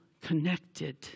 connected